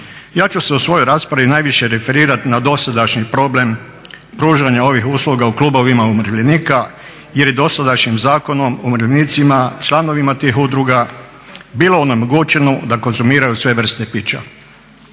Ja ću se u svojoj raspravi najviše referirat na dosadašnji problem pružanja ovih usluga u klubovima umirovljenika jer je dosadašnjim zakonom umirovljenicima, članovima tih udruga bilo onemogućeno da konzumiraju sve vrste pića.